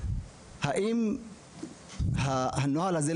להבין האם הנוהל הזה,